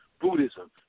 Buddhism